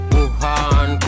Wuhan